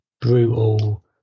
brutal